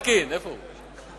אלקין, איפה הוא?